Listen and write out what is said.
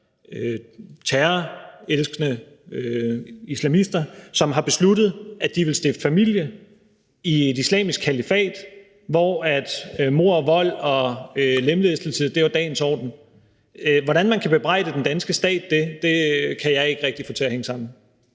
terrorelskende islamister, som har besluttet, at de vil stifte familie i et islamisk kalifat, hvor mord og vold og lemlæstelse er dagens orden. Hvordan man kan bebrejde den danske stat det, kan jeg ikke rigtig få til at hænge sammen.